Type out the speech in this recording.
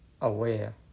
aware